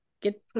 get